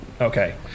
Okay